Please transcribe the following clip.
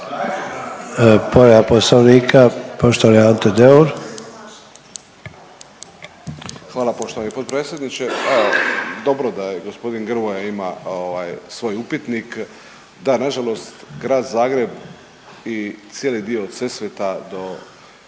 Hvala poštovani potpredsjedniče, evo, dobro da je g. Grmoja ima svoj upitnik. Da nažalost Grad Zagreb i cijeli dio od Sesveta do